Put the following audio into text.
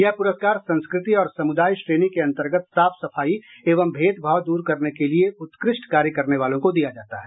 यह पुरस्कार संस्कृति और समुदाय श्रेणी के अंतर्गत साफ सफाई एवं भेदभाव दूर करने के लिये उत्कृष्ट कार्य करने वालों को दिया जाता है